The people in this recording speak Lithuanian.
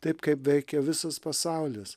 taip kaip veikia visas pasaulis